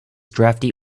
drafty